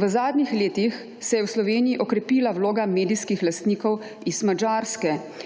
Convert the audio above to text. V zadnjih letih se je v Sloveniji okrepila vloga medijskih lastnikov iz Madžarske,